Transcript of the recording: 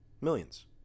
Millions